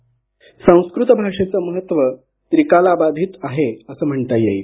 ध्वनी संस्कृत भाषेचं महत्त्व त्रिकालाबाधित आहे असं म्हणता येईल